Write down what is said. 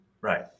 Right